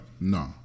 no